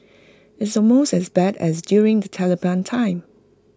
it's almost as bad as during the Taliban time